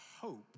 hope